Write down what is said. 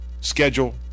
schedule